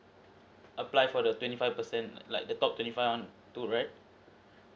apply for the twenty five percent like the top twenty five err too right